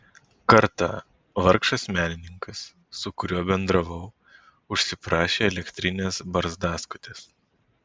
kartą vargšas menininkas su kuriuo bendravau užsiprašė elektrinės barzdaskutės